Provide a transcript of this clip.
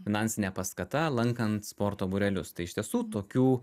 finansinė paskata lankant sporto būrelius tai iš tiesų tokių